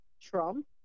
Trump